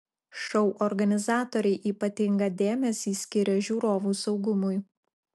šou organizatoriai ypatingą dėmesį skiria žiūrovų saugumui